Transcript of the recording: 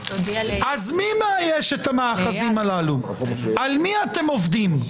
אז מי מאייש את המאחזים הללו, על מי אתם עובדים?